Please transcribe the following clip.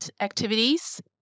activities